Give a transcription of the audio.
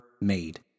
made